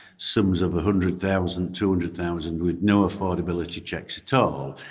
sums of a hundred thousand two hundred thousand with no affordability checks at all.